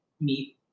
meet